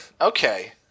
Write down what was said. Okay